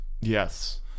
Yes